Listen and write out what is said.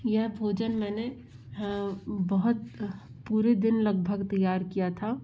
यह भोजन मैंने बहुत पूरे दिन लगभग तैयार किया था